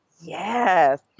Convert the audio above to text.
Yes